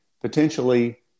potentially